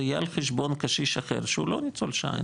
זה יהיה על חשבון קשיש אחר שהוא לא ניצול שואה,